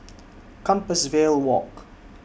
Compassvale Walk